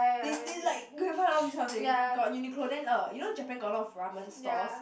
they they like they have a lot of this kind of thing got Uniqlo then uh you know Japan got a lot of ramen stores